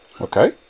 Okay